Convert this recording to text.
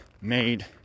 made